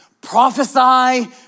Prophesy